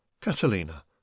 Catalina